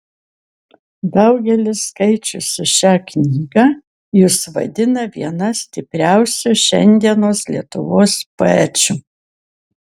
daugelis skaičiusių šią knygą jus vadina viena stipriausių šiandienos lietuvos poečių